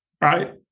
right